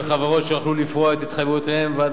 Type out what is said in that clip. מחברות שלא היו יכולות לפרוע את התחייבויותיהן ועד